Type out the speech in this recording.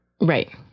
right